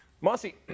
Mossy